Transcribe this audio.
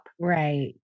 Right